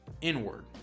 inward